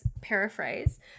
paraphrase